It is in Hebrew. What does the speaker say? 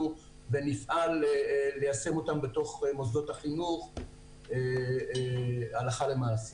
ונפעל ליישם אותן בתוך מוסדות החינוך הלכה למעשה.